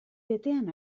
betean